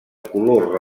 color